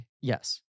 Yes